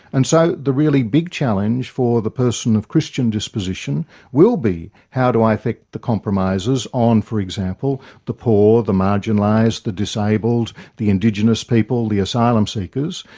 and so the really big challenge for the person of christian disposition will be, how do i affect the compromises on, for example, the poor, the marginalised, the disabled, the indigenous people, the asylum seekers,